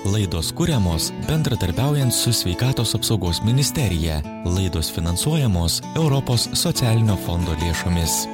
laidos kuriamos bendradarbiaujant su sveikatos apsaugos ministerija laidos finansuojamos europos socialinio fondo lėšomis